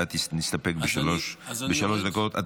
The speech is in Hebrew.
נסתפק בשלוש דקות.